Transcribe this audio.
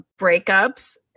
breakups